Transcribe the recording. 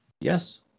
Yes